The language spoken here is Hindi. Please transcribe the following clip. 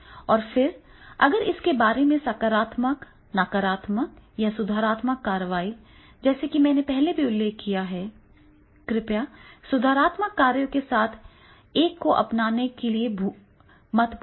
और फिर अगर इसके बारे में सकारात्मक नकारात्मक या सुधारात्मक कार्रवाई जैसा कि मैंने पहले उल्लेख किया है कृपया सुधारात्मक कार्यों के साथ एक को अपनाने के लिए मत भूलना